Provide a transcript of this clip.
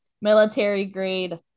military-grade